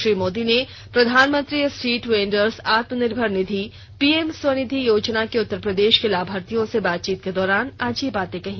श्री मोदी ने प्रधानमंत्री street vendors आत्मनिर्भर निधि पी एम स्वनिधि योजना के उत्तर प्रदेश के लाभार्थियों से बातचीत के दौरान आज ये बातें कहीं